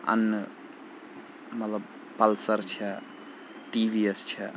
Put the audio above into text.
اَننہٕ مطلب پَلسَر چھےٚ ٹی وی ایٚس چھےٚ